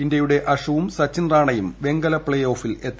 ഇന്ത്യയുടെ അഷുവും സച്ചിൻ റാണയും വെങ്കല പ്ലേ ഓഫിൽ എത്തി